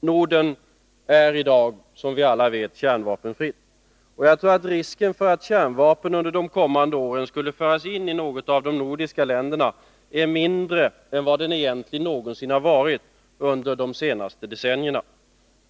Norden är i dag kärnvapenfritt, och jag tror att risken för att kärnvapen under de kommande åren skulle föras in i något av de nordiska länderna är mindre än vad den egentligen någonsin varit under de senaste decennierna.